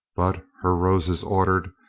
but, her roses ordered,